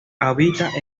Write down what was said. habita